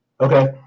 Okay